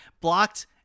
Blocked